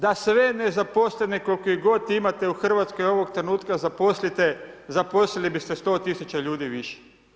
Da sve nezaposlene koliko ih god imate u Hrvatskoj ovog trenutka zaposlite zaposlili biste 100 tisuća ljudi više.